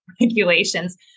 regulations